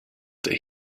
that